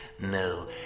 No